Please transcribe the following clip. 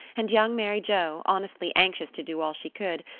and young mary joe, honestly anxious to do all she could,